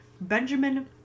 Benjamin